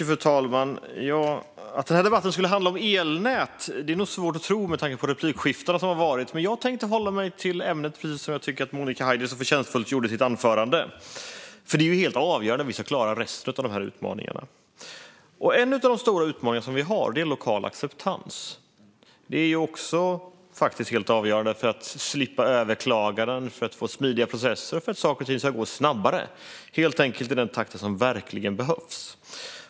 Fru talman! Att den här debatten handlar om elnät är nog svårt att tro med tanke på de replikskiften som har varit, men jag tänkte hålla mig till ämnet - precis som jag tycker att Monica Haider så förtjänstfullt gjorde i sitt anförande. Detta är nämligen helt avgörande om vi ska klara resten av de här utmaningarna. En av de stora utmaningarna vi har är lokal acceptans. Det är faktiskt också helt avgörande för att slippa överklaganden, för att få smidiga processer och för att saker och ting ska gå snabbare - helt enkelt i den takt som verkligen behövs.